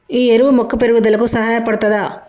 ఈ ఎరువు మొక్క పెరుగుదలకు సహాయపడుతదా?